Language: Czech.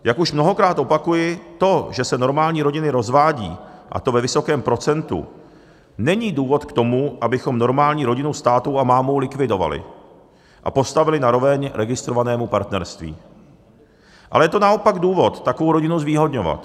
Jako už mnohokrát opakuji: to, že se normální rodiny rozvádějí, a to ve vysokém procentu, není důvod k tomu, abychom normální rodinu s tátou a mámou likvidovali a postavili na roveň registrovanému partnerství, ale je to naopak důvod takovou rodinu zvýhodňovat.